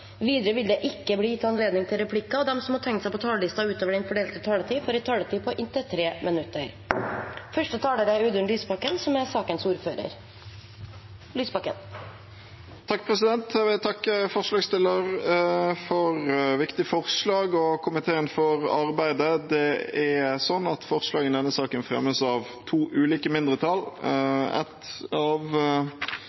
Videre vil det ikke bli gitt anledning til replikker, og de som måtte tegne seg på talerlisten utover den fordelte taletid, får også en taletid på inntil 3 minutter. Jeg vil takke forslagsstilleren for et viktig forslag og komiteen for arbeidet. Forslagene i denne saken fremmes av to ulike mindretall.